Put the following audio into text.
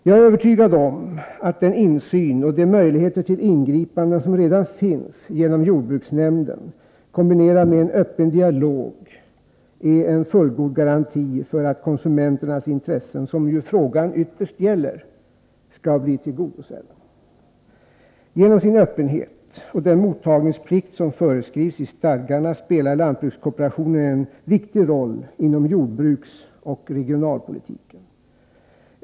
Jag är övertygad om att den insyn och de möjligheter till ingripanden som redan finns genom jordbruksnämnden, kombinerade med en öppen dialog, utgör en fullgod garanti för att konsumenternas intressen — som ju frågan ytterst gäller — skall bli tillgodosedda. Genom sin öppenhet och genom den mottagningsplikt som föreskrivs i stadgarna spelar lantbrukskooperationen en viktig roll inom jordbruksoch regionalpolitiken.